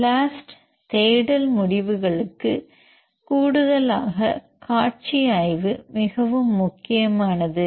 blast தேடல் முடிவுகளுக்கு கூடுதலாக காட்சி ஆய்வு மிகவும் முக்கியமானது